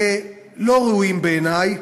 לא ראויים בעיני,